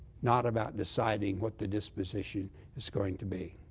not about deciding what the disposition is going to be.